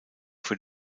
für